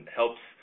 helps